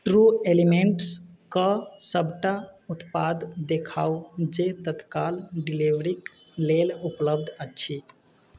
true elements कऽ सबटा उत्पाद देखाउ जे तत्काल डिलीवरीके लेल उपलब्ध अछि